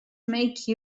make